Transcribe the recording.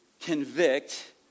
Convict